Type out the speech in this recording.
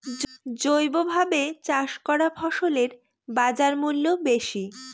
জৈবভাবে চাষ করা ফসলের বাজারমূল্য বেশি